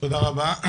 תודה רבה.